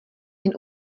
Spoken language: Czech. jen